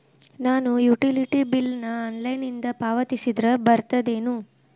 ನಾನು utility bill ನ ಆನ್ಲೈನಿಂದ ಪಾವತಿಸಿದ್ರ ಬರ್ತದೇನು?